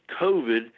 COVID